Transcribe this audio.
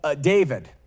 David